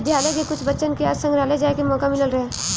विद्यालय के कुछ बच्चन के आज संग्रहालय जाए के मोका मिलल रहे